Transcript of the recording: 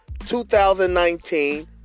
2019